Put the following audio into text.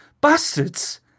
Bastards